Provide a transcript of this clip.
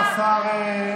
התחייבות, איפה השר?